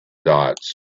dots